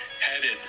headed